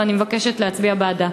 ואני מבקשת להצביע בעדה.